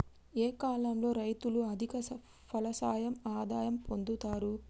ఏ కాలం లో రైతులు అధిక ఫలసాయం ఆదాయం పొందుతరు?